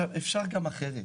אפשר גם אחרת.